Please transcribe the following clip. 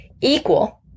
equal